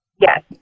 yes